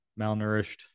malnourished